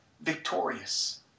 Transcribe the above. victorious